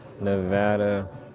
Nevada